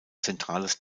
zentrales